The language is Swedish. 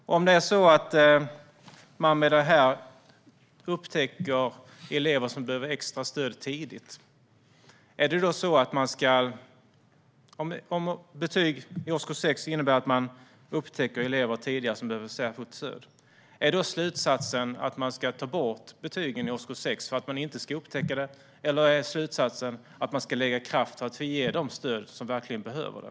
Säg att det är så att man med det här tidigt upptäcker elever som behöver extra stöd, att betyg i årskurs 6 innebär att man tidigare upptäcker elever som behöver särskilt stöd. Är då slutsatsen att man ska ta bort betygen i årskurs 6 för att inte upptäcka dem, eller är slutsatsen att man ska lägga kraft på att ge stöd till dem som verkligen behöver det?